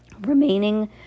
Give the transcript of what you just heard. remaining